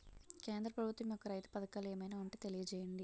కేంద్ర ప్రభుత్వం యెక్క రైతు పథకాలు ఏమైనా ఉంటే తెలియజేయండి?